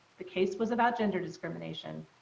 the case was about gender discrimination,